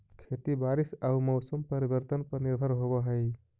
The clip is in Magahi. खेती बारिश आऊ मौसम परिवर्तन पर निर्भर होव हई